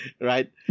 right